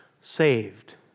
saved